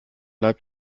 leib